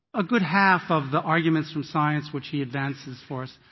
a good half of the arguments from science which he advances for us.